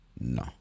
No